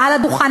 מעל הדוכן,